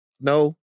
No